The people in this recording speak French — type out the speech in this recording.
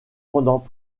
pendant